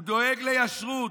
הוא דואג לישרות,